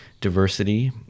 diversity